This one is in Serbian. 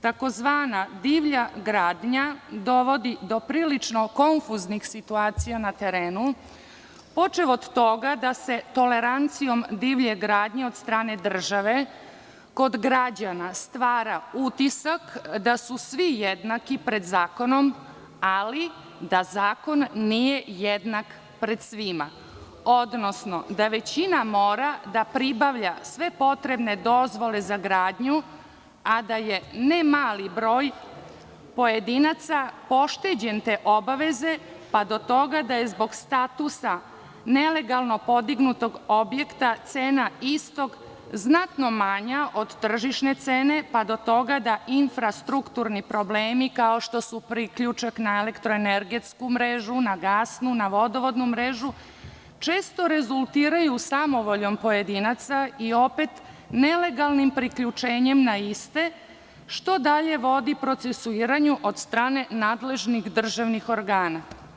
Takozvana divlja gradnja dovodi do prilično kontuznih situacija na terenu, počev od toga da se tolerancijom divlje gradnje od strane države kod građana stvara utisak da su svi jednaki pred zakonom, ali da zakon nije jednak pred svima, odnosno da većina mora da pribavlja sve potrebne dozvole za gradnju, a da je ne mali broj pojedinaca pošteđen te obaveze, pa do toga da je zbog statusa nelegalno podignutog objekta cena istog znatno manja od tržišne cene pa do toga da infrastrukturni problemi, kao što su priključak na elektroenergetsku mrežu, na gasnu, na vodovodnu mrežu često rezultirali samovoljom pojedinaca i opet nelegalnim priključenjem na iste, što dalje vodi procesuiranju od strane nadležnih državnih organa.